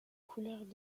couleurs